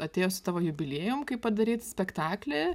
atėjo su tavo jubiliejum kaip padaryt spektaklį